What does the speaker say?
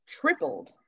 tripled